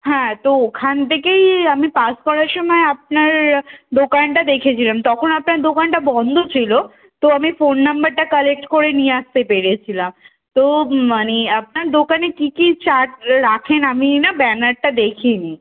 হ্যাঁ তো ওখান থেকেই আমি পাস করার সময় আপনার দোকানটা দেখেছিলাম তখন আপনার দোকানটা বন্ধ ছিলো তো আমি ফোন নম্বরটা কালেক্ট করে নিয়ে আসতে পেরেছিলাম তো মানে আপনার দোকানে কী কী চাট রাখেন আমি না ব্যানারটা দেখি নি